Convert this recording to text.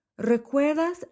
Recuerdas